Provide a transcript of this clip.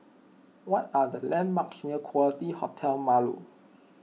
what are the landmarks near Quality Hotel Marlow